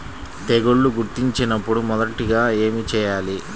తెగుళ్లు గుర్తించినపుడు మొదటిగా ఏమి చేయాలి?